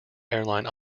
airline